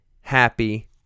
happy